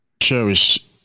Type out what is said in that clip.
cherish